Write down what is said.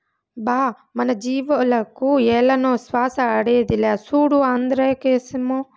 బా మన జీవాలకు ఏలనో శ్వాస ఆడేదిలా, సూడు ఆంద్రాక్సేమో